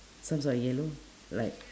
socks are yellow like